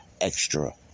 Extra